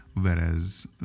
whereas